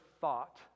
thought